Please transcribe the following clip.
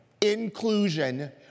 inclusion